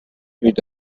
nüüd